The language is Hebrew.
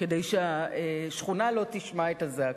כדי שהשכונה לא תשמע את הזעקות,